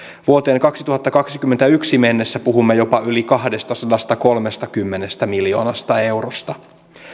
vuoteen kaksituhattakaksikymmentäyksi mennessä puhumme jopa yli kahdestasadastakolmestakymmenestä miljoonasta eurosta